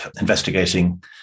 investigating